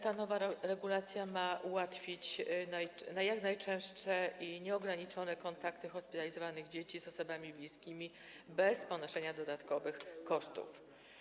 Ta nowa regulacja ma ułatwić jak najczęstsze i nieograniczone kontakty hospitalizowanych dzieci z osobami bliskimi bez ponoszenia dodatkowych kosztów.